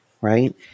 right